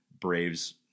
Braves